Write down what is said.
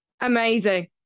amazing